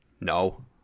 No